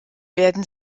werden